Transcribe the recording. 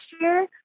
year